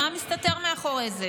מה מסתתר מאחורי זה?